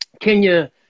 Kenya